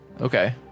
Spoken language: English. Okay